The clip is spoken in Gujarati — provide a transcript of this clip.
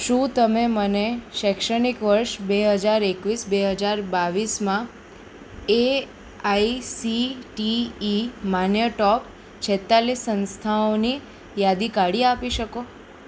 શું તમે મને શૈક્ષણિક વર્ષ બે હજાર એકવીસ બે હજાર બાવીસમાં A I C T E માન્ય ટોપ છેંતાળીસ સંસ્થાઓની યાદી કાઢી આપી શકો